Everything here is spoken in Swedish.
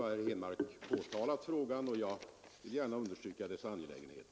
Herr Henmark har nu påtalat denna fråga, och jag wu garna understryka dess angelägenhet.